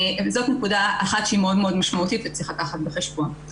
זאת נקודה אחת שהיא מאוד משמעותית וצריך לקחת בחשבון.